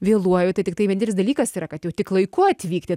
vėluoju tai tiktai vienintelis dalykas yra kad jau tik laiku atvykti